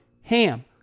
HAM